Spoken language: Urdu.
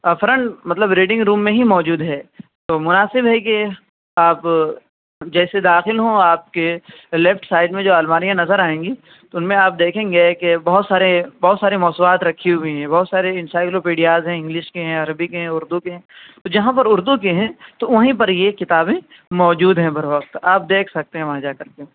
فرنٹ مطلب ریڈنگ روم میں ہی موجود ہے تو مناسب ہے کہ آپ جیسے داخل ہوں آپ کے لیفٹ سائڈ میں جو الماریاں نظر آئیں گی تو ان میں آپ دیکھیں گے کہ بہت سارے بہت سارے موضوعات رکھی ہوئی ہیں بہت سارے انسائیکلوپیڈیاز ہیں انگلش کے ہیں عربی ہیں اردو کے ہیں تو جہاں پر اردو کے ہیں تو وہیں پر یہ کتابیں موجود ہیں بر وقت آپ دیکھ سکتے ہیں وہاں جا کر کے